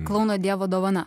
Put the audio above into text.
klouno dievo dovana